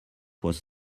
was